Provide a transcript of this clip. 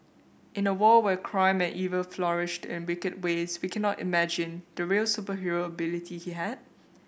in a world where crime and evil flourished in wicked ways we cannot imagine the real superhero ability he had